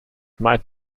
might